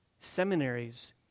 Seminaries